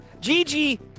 Gigi